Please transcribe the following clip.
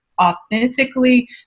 authentically